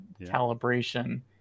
calibration